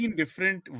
different